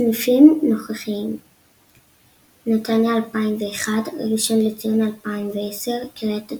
סניפים נוכחיים נתניה - 2001 ראשון לציון - 2010 קריית אתא